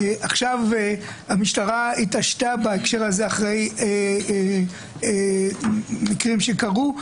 המשטרה התעשתה בהקשר הזה אחרי מקרים שקרו,